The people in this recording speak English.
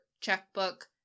checkbook